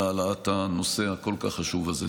על העלאת הנושא הכל-כך חשוב הזה.